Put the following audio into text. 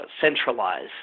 Centralize